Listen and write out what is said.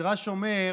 והמדרש אומר: